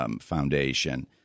foundation